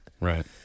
right